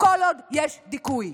כל עוד יש דיכוי.